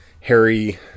Harry